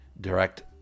direct